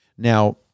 Now